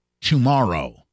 tomorrow